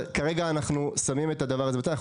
כרגע אנחנו שמים את הנושא הזה בצד,